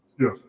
Yes